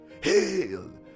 Hail